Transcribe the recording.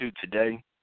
today